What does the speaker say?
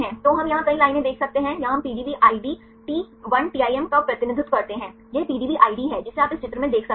तो हम यहाँ कई लाइनें देख सकते हैं यहाँ हम PDB ID 1TIM का प्रतिनिधित्व करते हैं यह PDB ID है जिसे आप इस चित्र में देख सकते हैं